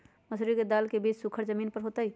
मसूरी दाल के बीज सुखर जमीन पर होतई?